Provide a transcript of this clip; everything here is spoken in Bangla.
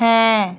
হ্যাঁ